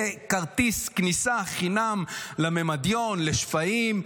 וכרטיס כניסה חינם למימדיון, לשפיים.